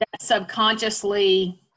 subconsciously